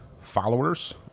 followers